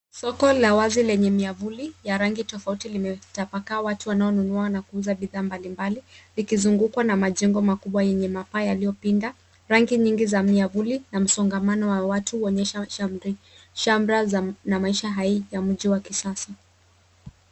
Soko la wazi lenye miavuli ya rangi tofauti limetapakaa watu wanaonunua na kuuza bidhaa mbalimbali likizungukwa na majengo makubwa yenye mapaa yaliyopinda. Rangi nyingi za miavuli na msongamano wa watu huonyesha shamrashamra na maisha hai ya mji wa kisasa.